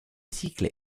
cycles